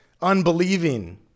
unbelieving